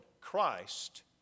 Christ